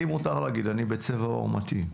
לי מותר להגיד אני בצבע עור מתאים.